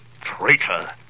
traitor